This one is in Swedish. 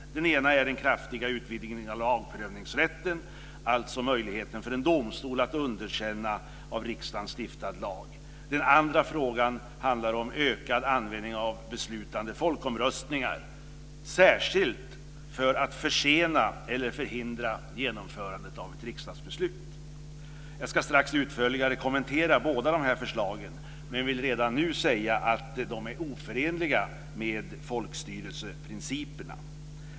Den ena frågan handlar om den kraftiga utvidgningen av lagprövningsrätten, alltså möjligheten för en domstol att underkänna av riksdagen stiftad lag. Den andra frågan handlar om ökad användning av beslutande folkomröstningar, särskilt för att försena eller förhindra genomförandet av ett riksdagsbeslut. Jag ska strax utförligare kommentera båda dessa förslag men vill redan nu säga att de är oförenliga med folkstyrelseprincipen.